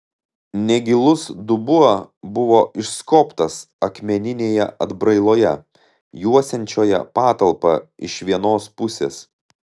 negilus dubuo buvo išskobtas akmeninėje atbrailoje juosiančioje patalpą iš vienos pusės